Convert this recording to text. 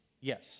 yes